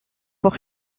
pour